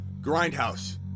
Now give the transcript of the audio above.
Grindhouse